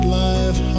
life